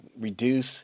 reduce